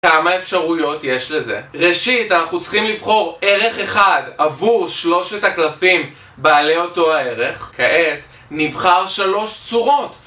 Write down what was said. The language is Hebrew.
כמה אפשרויות יש לזה? ראשית אנחנו צריכים לבחור ערך אחד עבור שלושת הקלפים בעלי אותו הערך, כעת נבחר שלוש צורות